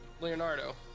Leonardo